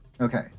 Okay